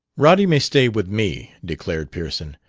roddy may stay with me, declared pearson.